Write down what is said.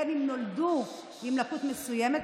בין שנולדו עם לקות מסוימת,